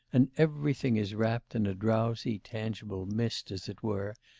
and everything is wrapt in a drowsy, tangible mist, as it were,